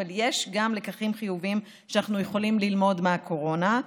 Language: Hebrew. אבל יש גם לקחים חיוביים שאנחנו יכולים ללמוד מהקורונה.